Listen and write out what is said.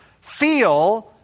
feel